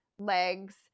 legs